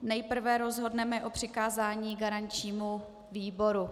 Nejprve rozhodneme o přikázání garančnímu výboru.